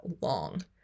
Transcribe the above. long